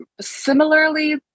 similarly